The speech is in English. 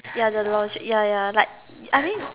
ya the logic ya ya like I mean